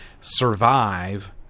survive